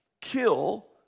kill